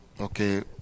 Okay